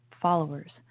followers